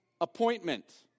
appointment